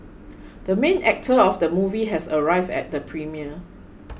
the main actor of the movie has arrived at the premiere